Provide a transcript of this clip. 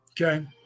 Okay